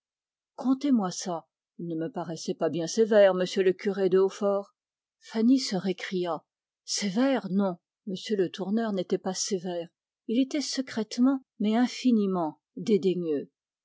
contez-moi ça il ne me paraissait pas bien sévère m le curé de hautfort fanny se récria sévère non m le tourneur n'était pas sévère il était secrètement mais infiniment